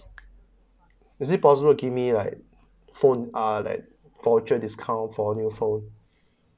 is it possible to give me like phone uh like voucher discount for new phone